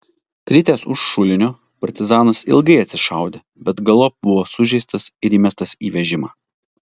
kritęs už šulinio partizanas ilgai atsišaudė bet galop buvo sužeistas ir įmestas į vežimą